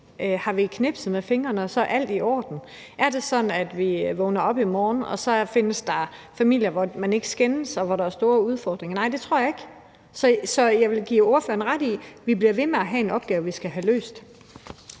Har vi knipset med fingrene, og så er alt i orden? Er det sådan, at vi vågner op i morgen, og så findes der ikke familier, hvor man skændes, og hvor der er store udfordringer? Nej, det tror jeg ikke. Jeg vil give ordføreren ret i, at vi bliver ved med at have en opgave, vi skal have løst.